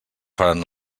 faran